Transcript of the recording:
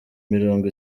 mirongo